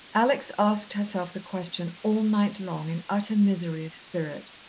alex asked herself the question all night long in utter misery of spirit.